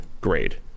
grade